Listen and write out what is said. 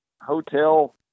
hotel